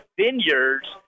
vineyards